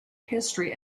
history